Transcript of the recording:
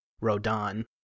Rodan